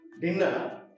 dinner